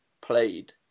played